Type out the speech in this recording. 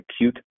acute